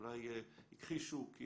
אולי הכחישו כי